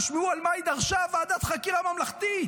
תשמעו על מה היא דרשה ועדת חקירה ממלכתית,